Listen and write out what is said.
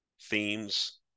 themes